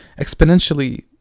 Exponentially